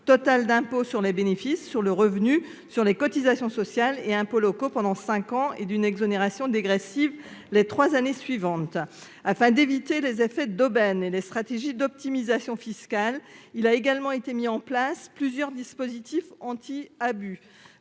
totale d'impôt sur les bénéfices, sur le revenu, sur les cotisations sociales et d'impôts locaux, ainsi que d'une exonération dégressive les trois années suivantes. Afin d'éviter les effets d'aubaine et les stratégies d'optimisation fiscale, il a également été mis en place plusieurs dispositifs anti-abus.